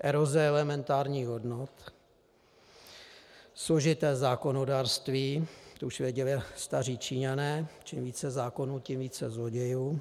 Eroze elementárních hodnot, složité zákonodárství, to už věděli Číňané čím více zákonů, tím více zlodějů.